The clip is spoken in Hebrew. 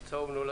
אתה יודע